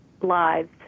lives